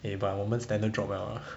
eh but 我们 standard drop liao ah